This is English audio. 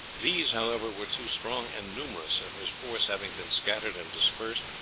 these, however, were too strong and numerous, and his force having been scattered and dispersed,